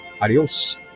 Adios